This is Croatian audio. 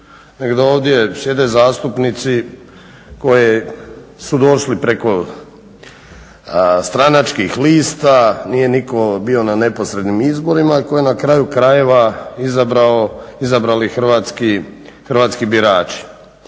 ovdje sjede zastupnici koji su došli preko stranačkih lista, nije niko bio na neposrednim izborima koje na kraju krajeva izabrao, izabrali Hrvatski birači.